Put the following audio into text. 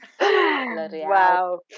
Wow